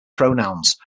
pronouns